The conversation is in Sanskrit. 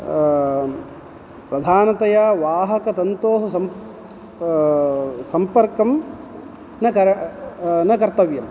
प्रधानतया वाहकतन्तोः सन् सम्पर्कं न कर न कर्तव्यं